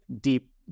deep